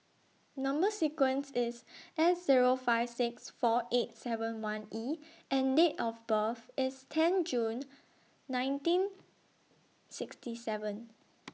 Number sequence IS S Zero five six four eight seven one E and Date of birth IS ten June nineteen sixty seven